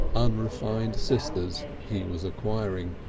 unrefined sisters he was acquiring.